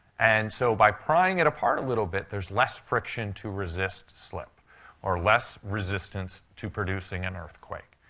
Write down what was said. and so by prying it apart a little bit, there's less friction to resist slip or less resistance to producing an earthquake.